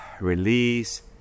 release